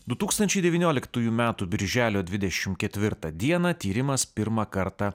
du tūkstančiai devynioliktųjų metų birželio dvidešim ketvirtą dieną tyrimas pirmą kartą